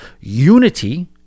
unity